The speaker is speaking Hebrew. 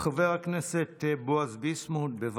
חבר הכנסת בועז ביסמוט, בבקשה.